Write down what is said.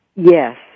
Yes